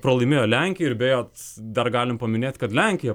pralaimėjo lenkijai ir beje dar galim paminėt kad lenkija